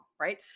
right